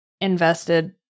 invested